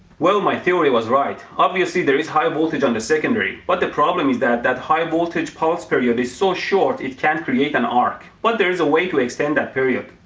well, my theory was right. obviously there is high voltage on the secondary. but the problem is that, that high voltage pulse period is so short, it can't create an arc. but there is a way to extend that period.